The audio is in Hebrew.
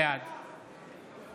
בעד